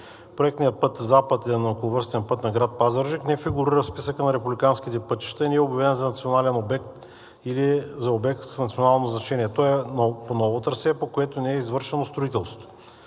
Проектният път западен околовръстен път на град Пазарджик не фигурира в списъка на републиканските пътища и не е обявен за национален обект или за обект с национално значение. Той е по ново трасе, по което не е извършено строителството.